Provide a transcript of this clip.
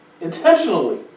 intentionally